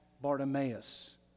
Bartimaeus